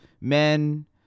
men